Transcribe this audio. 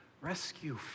Rescue